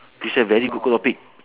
this one is very good topic